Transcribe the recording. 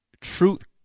Truth